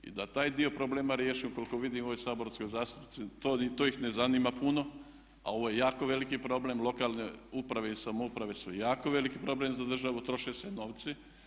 I da taj dio problema riješimo, koliko vidim ove saborske zastupnike, to ih ne zanima puno a ovo je jako veliki problem, lokalne uprave i samouprave su jako veliki problem za državu, troše se novci.